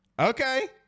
Okay